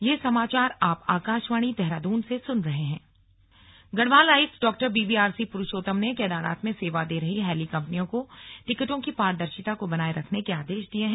slug Garhwal आयुक्त गढ़वाल आयुक्त डॉ बीवीआरसी प्रुषोत्तम ने केदारनाथ में सेवा दे रहीं हैली कम्पनियों को टिकटों की पारदर्शिता को बनाये रखने के आदेश दिये हैं